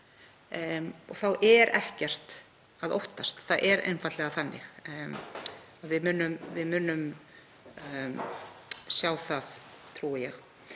og þá er ekkert að óttast, það er einfaldlega þannig. Við munum sjá það, trúi ég.